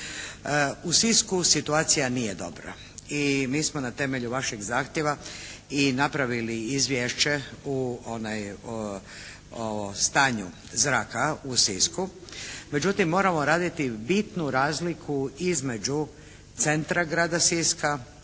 U Sisku situacija nije dobra i mi smo na temelju vašeg zahtjeva i napravili izvješće o stanju zraka u Sisku. Međutim, moramo raditi bitnu razliku između centra grada Siska